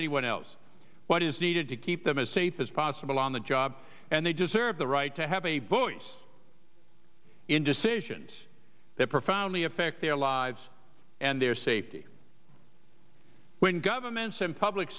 anyone else what is needed to keep them as safe as possible on the job and they deserve the right to have a voice in decisions that profoundly affect their lives and their safety when governments and public